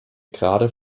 grade